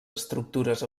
estructures